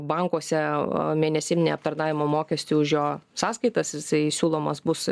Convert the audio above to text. bankuose mėnesinė aptarnavimo mokestį už jo sąskaitas jisai siūlomas bus